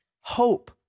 hope